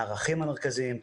הערכים המרכזיים,